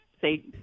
say